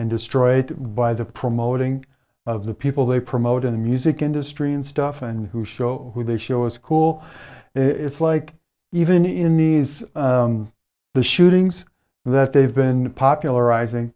and destroyed by the promoting of the people they promote in the music industry and stuff and who show who they show is cool it's like even in these the shootings that they've been popularizing